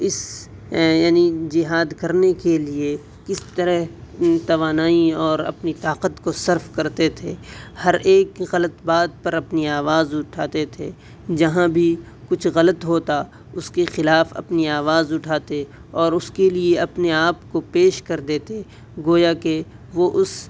اس یعنی جہاد کرنے کے لیے کس طرح توانائی اور اپنی طاقت کو صرف کرتے تھے ہر ایک کی غلط بات پر اپنی آواز اٹھاتے تھے جہاں بھی کچھ غلط ہوتا اس کے خلاف اپنی آواز اٹھاتے اور اس کے لیے اپنے آپ کو پیش کر دیتے گویا کہ وہ اس